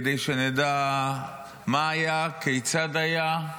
כדי שנדע מה היה, כיצד היה.